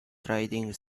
trading